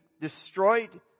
destroyed